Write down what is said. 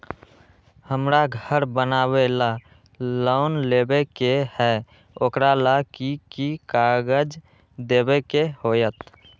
हमरा घर बनाबे ला लोन लेबे के है, ओकरा ला कि कि काग़ज देबे के होयत?